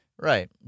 Right